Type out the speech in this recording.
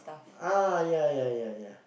ah ya ya ya